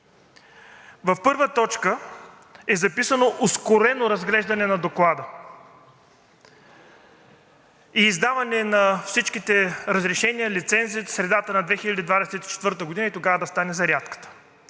В т. 1 е записано ускорено разглеждане на Доклада и издаване на всичките разрешения и лицензи от средата на 2024 г. и тогава да стане зарядката.